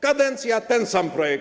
Kadencja, ten sam projekt.